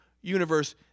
universe